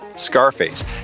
Scarface